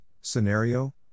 scenario